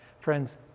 Friends